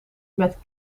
met